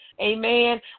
Amen